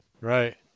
Right